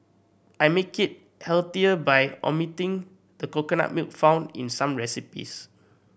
I make it healthier by omitting the coconut milk found in some recipes